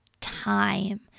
time